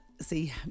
See